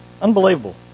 Unbelievable